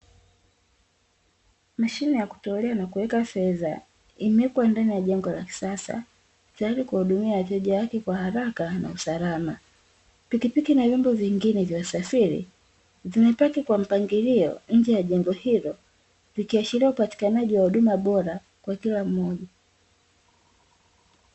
Mashine ya kutolea na kuweka fedha, imewekwa ndani ya jengo la kisasa, tayari kuwahudumia wateja wake kwa haraka na usalama. Pikipiki na vyombo vingine vya usafiri vimepaki kwa mpangilio nje ya jengo hilo, vikiashiria upatikanaji wa huduma bora kwa kila mmoja.